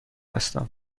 هستم